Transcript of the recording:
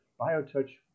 BioTouch